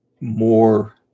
more